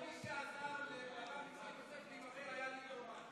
תפרסמי שמי שעזר לרב יצחק יוסף להיבחר היה ליברמן.